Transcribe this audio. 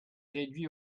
réduit